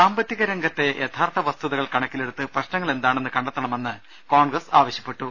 സാമ്പത്തിക രംഗത്തെ യഥാർത്ഥ വസ്തുതകൾ കണക്കിലെ ടുത്ത് പ്രശ്നങ്ങൾ എന്താണെന്ന് കണ്ടെത്തണമെന്ന് കോൺഗ്രസ് ആവശ്യപ്പെട്ടു